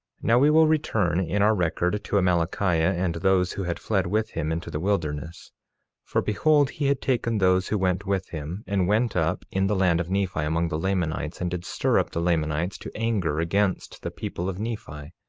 now we will return in our record to amalickiah and those who had fled with him into the wilderness for, behold, he had taken those who went with him, and went up in the land of nephi among the lamanites, and did stir up the lamanites to anger against the people of nephi,